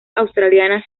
australiana